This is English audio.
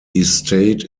estate